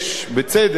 בצדק,